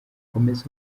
komeza